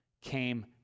came